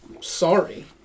sorry